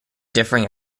differing